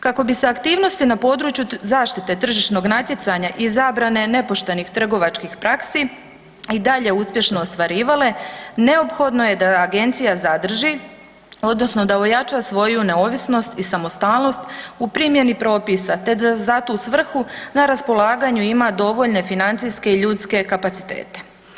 Kako bi se aktivnosti na području zaštite tržišnog natjecanja i zabrane nepoštenih trgovačkih praksi i dalje uspješno ostvarivale neophodno je da agencija zadrži odnosno da ojača svoju neovisnost i samostalnost u primjeni propisa, te da za tu svrhu na raspolaganju ima dovoljne financijske i ljudske kapacitete.